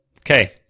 Okay